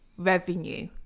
Revenue